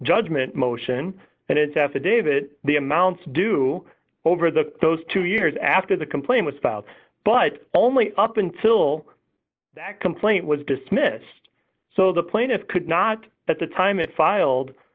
judgment motion and its affidavit the amounts do over the those two years after the complaint was filed but only up until that complaint was dismissed so the plaintiff could not at the time it filed